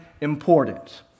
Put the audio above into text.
important